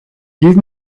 give